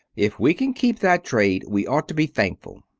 if we can keep that trade, we ought to be thankful.